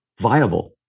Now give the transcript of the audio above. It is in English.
viable